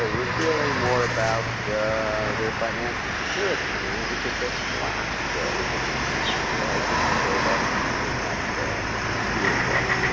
was really more about their financial security, i mean which had just collapsed over these years. so i think it showed up even in that sphere as well.